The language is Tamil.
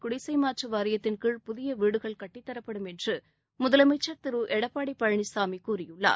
குடிசைமாற்று வாரியத்தின்கீழ் புதிய வீடுகள் கட்டித்தரப்படும் என்று முதலமைச்சர் திரு எடப்பாடி பழனிசாமி கூறியுள்ளார்